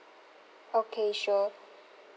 okay sure